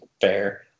fair